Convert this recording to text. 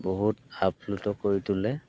বহুত আপ্লুত কৰি তোলে